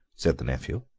said the nephew.